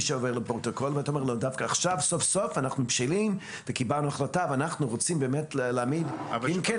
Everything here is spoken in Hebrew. אתה אומר שדווקא עכשיו אתם בשלים ורוצים להעמיד -- אם כן,